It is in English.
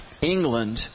England